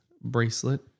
bracelet